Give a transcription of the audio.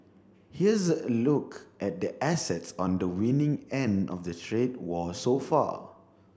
here's a look at the assets on the winning end of the trade war so far